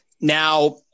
Now